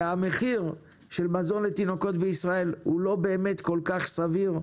שהמחיר של מזון לתינוקות בישראל הוא לא באמת כל כך סביר,